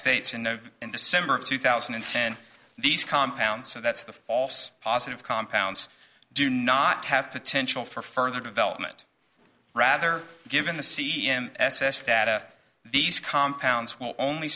states and in december of two thousand and ten these compounds so that's the false positive compounds do not have potential for further development rather given the c m s s that a the compounds will only